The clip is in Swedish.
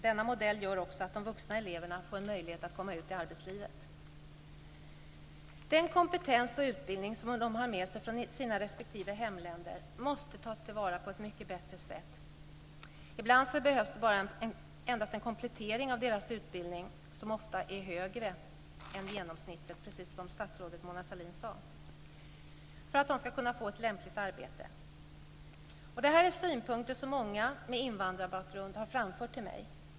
Denna modell gör också att de vuxna eleverna får en möjlighet att komma ut i arbetslivet. Den kompetens och utbildning som de har med sig från sina respektive hemländer måste tas till vara på ett mycket bättre sätt. Ibland behövs det endast en komplettering av deras utbildning - som ofta är högre än genomsnittet, precis som statsrådet Mona Sahlin sade - för att de ska kunna få ett lämpligt arbete. Det här är synpunkter som många med invandrarbakgrund har framfört till mig.